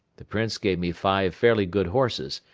the prince gave me five fairly good horses,